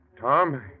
Tom